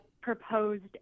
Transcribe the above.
proposed